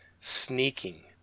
sneaking